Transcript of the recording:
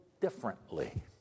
differently